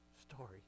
story